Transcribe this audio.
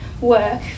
work